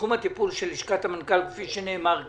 בתחום הטיפול של לשכת המנכ"ל כפי שנאמר כאן,